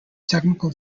technical